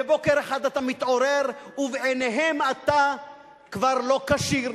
ובוקר אחד אתה מתעורר ובעיניהם אתה כבר לא כשיר.